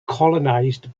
colonized